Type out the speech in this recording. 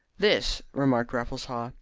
this, remarked raffles haw,